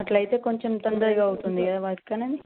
అలా అయితే కొంచెం తొందరగా అవుతుంది కదా వర్క్ అనేది